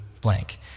blank